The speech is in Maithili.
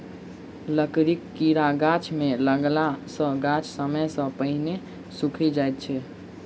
लकड़ीक कीड़ा गाछ मे लगला सॅ गाछ समय सॅ पहिने सुइख जाइत छै